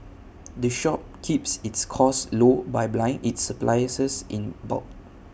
the shop keeps its costs low by bylining its supplies in bulk